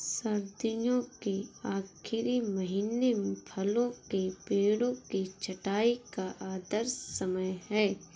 सर्दियों के आखिरी महीने फलों के पेड़ों की छंटाई का आदर्श समय है